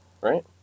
right